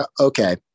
okay